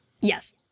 Yes